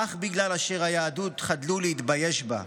אך בגלל אשר היהודים חדלו להתבייש בה,